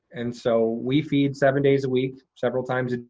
and so we feed seven days a week, several times a,